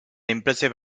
impressive